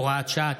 הוראת שעה),